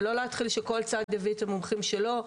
ולא להתחיל שכל צד יביא את המומחים שלו.